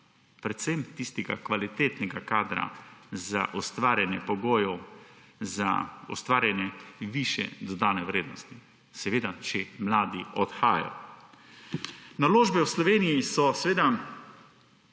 predvsem tistega kvalitetnega kadra za ustvarjanje pogojev za ustvarjanje višje dodane vrednosti. Seveda, če mladi odhajajo. Naložbe v Sloveniji so